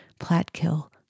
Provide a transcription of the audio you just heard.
Platkill